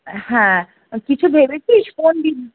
হ্যাঁ কিছু ভেবেছিস কোন বিদ